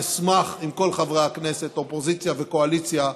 אשמח אם כל חברי הכנסת, אופוזיציה וקואליציה,